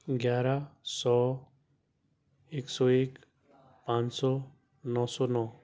گیارہ سو ایک سو ایک پانچ سو نو سو نو